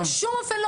כמובן שלא,